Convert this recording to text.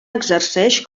exerceix